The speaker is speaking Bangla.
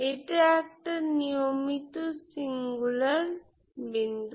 এটা একটা নিয়মিত সিঙ্গুলার বিন্দু